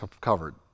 covered